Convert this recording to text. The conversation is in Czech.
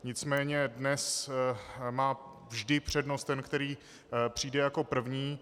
Nicméně dnes má vždy přednost ten, který přijde jako první.